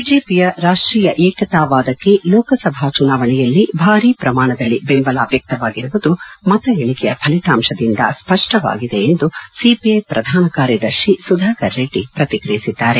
ಬಿಜೆಪಿಯ ರಾಷ್ಟೀಯ ಏಕತಾ ವಾದಕ್ಕೆ ಲೋಕಸಭಾ ಚುನಾವಣೆಯಲ್ಲಿ ಭಾರಿ ಪ್ರಮಾಣದಲ್ಲಿ ದೆಂಬಲ ವ್ಯಕ್ತವಾಗಿರುವುದು ಮತ ಎಣಿಕೆಯ ಫಲಿತಾಂಶದಿಂದ ಸ್ಪಷ್ಟವಾಗಿದೆ ಎಂದು ಸಿಪಿಐ ಪ್ರಧಾನ ಕಾರ್ಯದರ್ಶಿ ಸುಧಾಕರ್ ರೆಡ್ಡಿ ಪ್ರತಿಕ್ರಿಯಿಸಿದ್ದಾರೆ